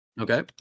Okay